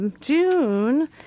June